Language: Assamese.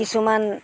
কিছুমান